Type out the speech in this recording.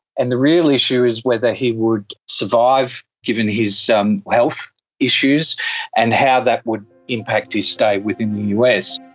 and the real issue is whether he would survive given his um health issues and how that would impact to his stay within the us.